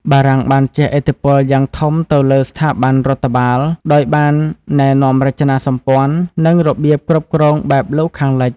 បារាំងបានជះឥទ្ធិពលយ៉ាងធំទៅលើស្ថាប័នរដ្ឋបាល ដោយបានណែនាំរចនាសម្ព័ន្ធ និងរបៀបគ្រប់គ្រងបែបលោកខាងលិច។